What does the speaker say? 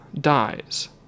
dies